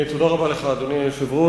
תודה רבה לך, אדוני היושב-ראש.